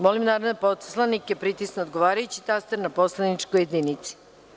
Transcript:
Molim narodne poslanike da pritisnu odgovarajući taster na poslaničkoj jedinici.